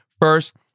First